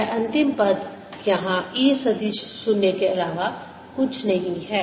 यह अंतिम पद यहां E सदिश 0 के अलावा और कुछ नहीं है